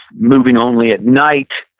moving only at night,